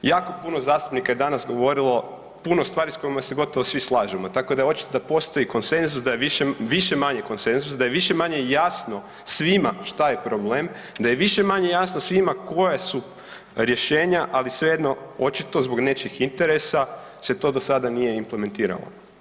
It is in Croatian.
Jako puno zastupnika je danas govorilo, puno stvari s kojima se gotovo svi slažemo, tako da je očito da postoji konsenzus, da je više, više-manje konsenzus, da je više-manje jasno svima šta je problem, da je više-manje jasno svima koja su rješenja, ali svejedno očito zbog nečijih interesa se to dosada nije implementiralo.